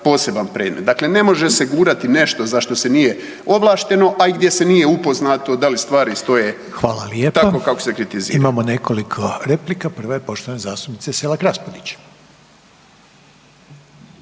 poseban predmet. Dakle, ne može se gurati nešto za što se nije ovlašteno, a i gdje se nije upoznato da li stvari stoje tako kako se kritizira. **Reiner, Željko (HDZ)** Hvala lijepo. Imamo nekoliko replika. Prva je poštovane zastupnice Selak Raspudić.